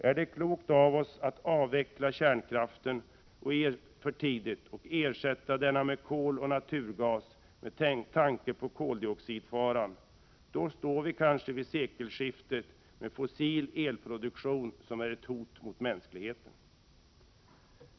Är det klokt av oss att avveckla kärnkraften för tidigt och ersätta den med kol och naturgas, med tanke på koldioxidfaran? Då har vi ju vid sekelskiftet en elproduktion som bygger på fossila bränslen och som är ett hot mot mänskligheten.